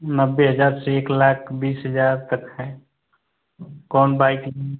नब्बे हज़ार से एक लाख बीस हज़ार तक हैं कौन बाइक लेंगे